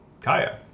Kaya